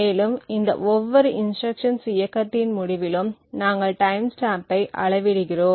மேலும் இந்த ஒவ்வொரு இன்ஸ்ட்ருக்ஷன்ஸ் இயக்கத்தின் முடிவிலும் நாங்கள் டைம் ஸ்டாம்பை அளவிடுகிறோம்